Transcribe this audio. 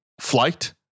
flight